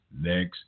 next